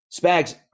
Spags